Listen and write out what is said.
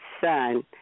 son